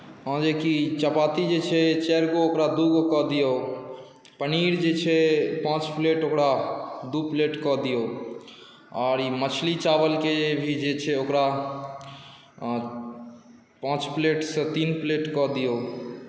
हँ जे कि चपाती छै चारि गो ओकरा दू गो कऽ दियौ पनीर जे छै पाँच प्लेट ओकरा दू प्लेट कऽ दियौ और ई मछली चावलकेँ भी छै ओकरा अहाँ पाँच प्लेटसँ तीन प्लेट कऽ दियौ